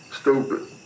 Stupid